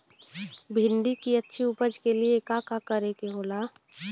भिंडी की अच्छी उपज के लिए का का करे के होला?